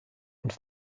und